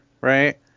right